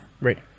Right